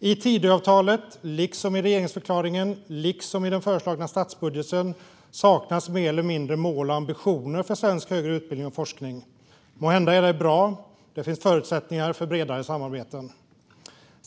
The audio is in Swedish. I Tidöavtalet, liksom i regeringsförklaringen och den föreslagna statsbudgeten, saknas mer eller mindre mål och ambitioner för svensk högre utbildning och forskning. Måhända är det bra. Det finns förutsättningar för bredare samarbeten.